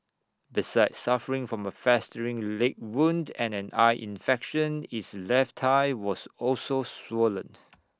besides suffering from A festering leg wound and an eye infection its left high was also swollen